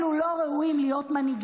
אלו לא ראויים להיות מנהיגיה.